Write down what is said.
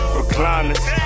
recliners